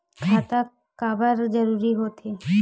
खाता काबर जरूरी हो थे?